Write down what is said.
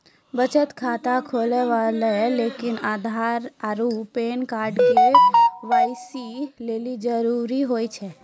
बचत खाता खोलबाबै लेली आधार आरू पैन कार्ड के.वाइ.सी लेली जरूरी होय छै